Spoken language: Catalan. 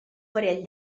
parell